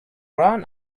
run